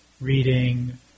reading